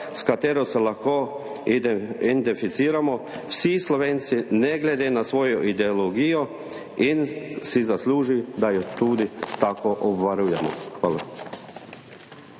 s katero se lahko identificiramo vsi Slovenci ne glede na svojo ideologijo, in si zasluži, da jo tudi tako obvarujemo. Hvala.